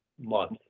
month